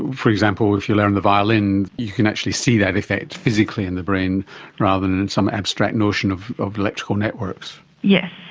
for example, if you learn the violin you can actually see that effect physically in the brain rather than and some abstract notion of of electrical networks. yes.